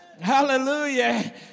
Hallelujah